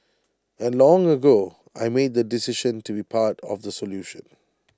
and long ago I made the decision to be part of the solution